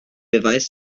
beweis